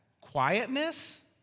Quietness